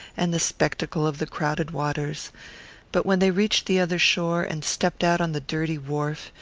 and the spectacle of the crowded waters but when they reached the other shore, and stepped out on the dirty wharf,